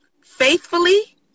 faithfully